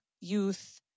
youth